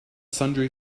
sundry